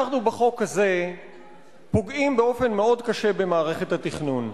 אנחנו בחוק הזה פוגעים באופן מאוד קשה במערכת התכנון.